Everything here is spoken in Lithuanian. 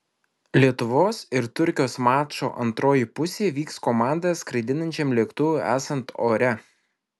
lietuvos ir turkijos mačo antroji pusė vyks komandą skraidinančiam lėktuvui esant ore